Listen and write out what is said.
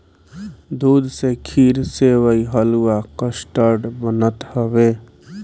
दूध से खीर, सेवई, हलुआ, कस्टर्ड बनत हवे